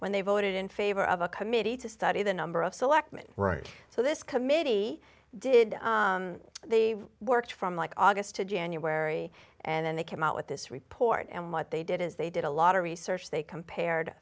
when they voted in favor of a committee to study the number of selectmen right so this committee did the work from like august to january and then they came out with this report and what they did is they did a lot of research they compared